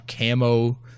camo